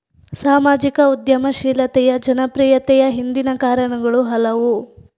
ಸಾಮಾಜಿಕ ಉದ್ಯಮಶೀಲತೆಯ ಜನಪ್ರಿಯತೆಯ ಹಿಂದಿನ ಕಾರಣಗಳು ಹಲವು